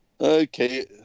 Okay